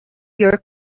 your